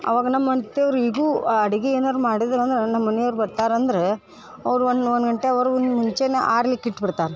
ಅವಾಗ ನಮ್ಮ ಅತ್ತಿಯೋರು ಈಗ್ಲೂ ಅಡಿಗೆ ಏನಾರೂ ಮಾಡಿದ್ರಂದ್ರೆ ನಮ್ಮ ಮನಿಯೋರು ಬರ್ತಾರಂದ್ರೆ ಅವ್ರು ಒಂದು ಒಂದು ಗಂಟೆವರ್ಗು ಮುಂಚೆನೇ ಆರ್ಲಿಕ್ಕೆ ಇಟ್ಬಿಡ್ತಾರೆ